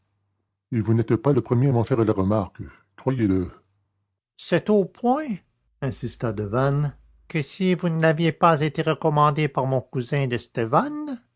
et vous n'êtes pas le premier à m'en faire la remarque croyez-le c'est au point insista devanne que si vous ne m'aviez pas été recommandé par mon cousin